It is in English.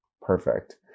perfect